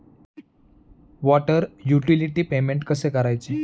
Water utility payment कसे करायचे?